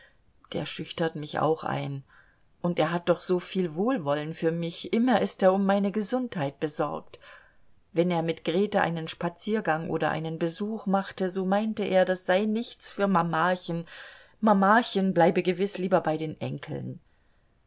der schüchtert mich auch ein und er hat doch so viel wohlwollen für mich immer ist er um meine gesundheit besorgt wenn er mit grete einen spaziergang oder einen besuch machte so meinte er das sei nichts für mamachen mamachen bleibe gewiß lieber bei den enkeln